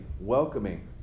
welcoming